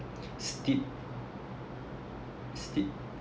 steep steep